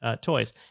toys